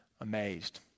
amazed